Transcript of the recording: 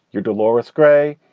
you're delores gray.